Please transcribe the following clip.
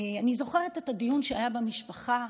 אני זוכרת את הדיון שהיה במשפחה: